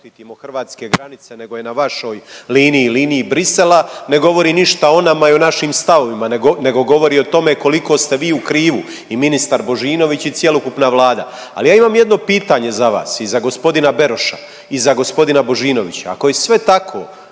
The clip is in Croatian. hrvatske granice nego je na vašoj liniji, liniji Bruxellesa, ne govori ništa o nama ni o našim stavovima, nego govori o tome koliko ste vi u krivu i ministar Božinović i cjelokupna Vlada. Ali ja imam jedno pitanje za vas i za g. Beroša i za g. Božinovića,